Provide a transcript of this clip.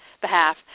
behalf